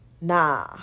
Nah